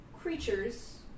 creatures